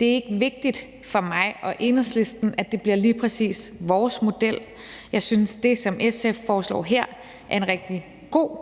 Det er ikke vigtigt for mig og Enhedslisten, at det bliver lige præcis vores model. Jeg synes, det, som SF foreslår her, er en rigtig god